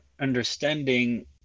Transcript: understanding